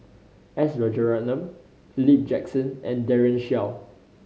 S Rajaratnam Philip Jackson and Daren Shiau